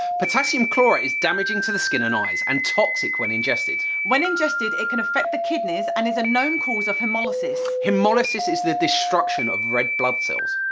potassium chlorate is damaging to the skin and eyes and toxic when ingested. when ingested it can affect the kidneys and is a known cause of hemolysis. hemolysis is the destruction of red blood cells.